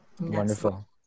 Wonderful